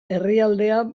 herrialdea